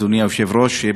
אדוני היושב-ראש,